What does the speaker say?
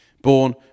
born